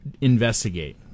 investigate